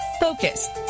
focused